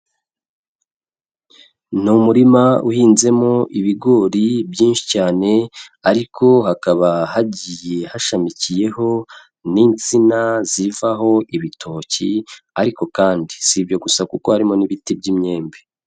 Ni umurima uhinzemo ibigori byinshi cyane, ariko hakaba hagiye hashamikiyeho n'insina zivaho ibitoki, ariko kandi si ibyo gusa kuko harimo n'ibiti by'imyembe.